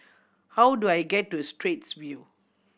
how do I get to Straits View